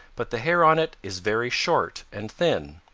but the hair on it is very short and thin.